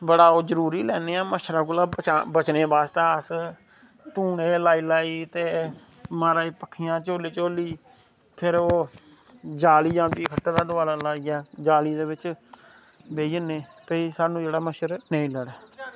बड़ा ओह् जरूरी लैन्ने आं मच्छरै कोला बचने बास्तै अस धूने लाई लाई ते माराज पक्खियां झोल्ली झोल्ली फिर ओ्ह् जाली आंदी खट्टै दै दोआलै लाइयै जाली दै बिच्च बेही जन्ने भाई जेह्ड़ा मच्छर नेंई लड़ै